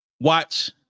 watch